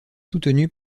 soutenu